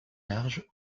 large